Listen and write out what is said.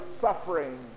suffering